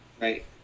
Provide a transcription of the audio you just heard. right